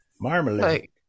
Marmalade